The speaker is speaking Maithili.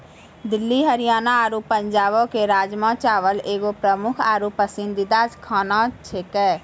दिल्ली हरियाणा आरु पंजाबो के राजमा चावल एगो प्रमुख आरु पसंदीदा खाना छेकै